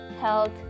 health